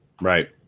Right